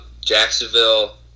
Jacksonville